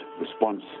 response